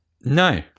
No